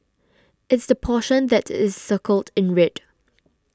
it's the portion that is circled in red